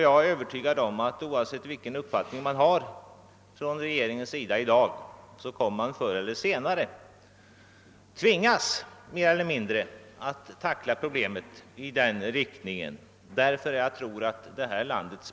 Jag är övertygad om att regeringen, oavsett vilken uppfattning den i dag har, förr eller senare kommer att tvingas att angripa problemet i denna riktning.